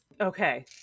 Okay